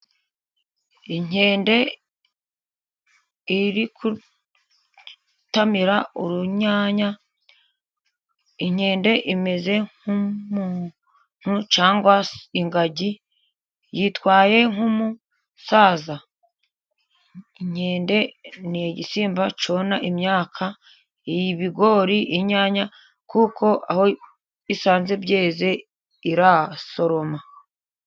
Inkende iri gutamira urunyanya. Inkende imeze nk'umuntu cyangwa ingagi yitwaye nk'umusaza. Inkende ni igisimba cyona imyaka. Ibigori, inyanya kuko aho isanze byeze irasoroma.